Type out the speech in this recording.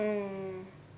mm